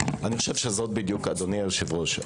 אדוני היושב-ראש,